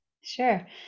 Sure